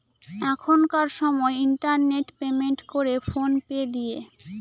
এখনকার সময় internet payment করে ফোন পে দিয়ে